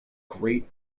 great